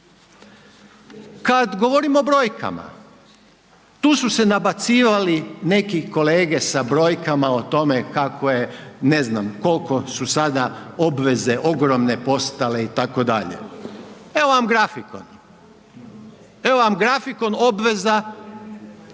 Kad govorimo o brojkama tu su se nabacivali neki kolege sa brojkama o tome kako je, ne znam koliko su sada obveze ogromne postale itd. Evo vam grafikon, evo vam grafikon obveza